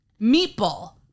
meatball